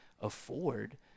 afford